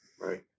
Right